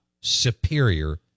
Superior